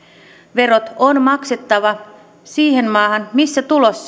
verot on maksettava siihen maahan missä tulos